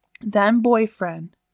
then-boyfriend